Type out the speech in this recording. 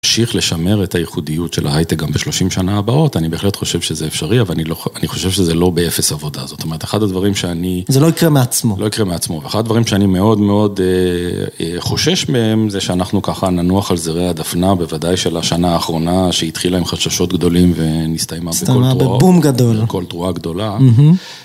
נמשיך לשמר את הייחודיות של ההייטק גם בשלושים שנה הבאות, אני בהחלט חושב שזה אפשרי, אבל אני חושב שזה לא באפס עבודה הזאת. זאת אומרת, אחד הדברים שאני... זה לא יקרה מעצמו. לא יקרה מעצמו, אחד הדברים שאני מאוד מאוד חושש מהם, זה שאנחנו ככה ננוח על זרי הדפנה, בוודאי של השנה האחרונה שהתחילה עם חששות גדולים, ונסתיימה בקול תרועה גדולה.